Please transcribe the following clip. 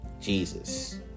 Jesus